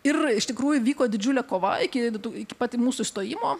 ir iš tikrųjų vyko didžiulė kova iki du tū iki pat mūsų įstojimo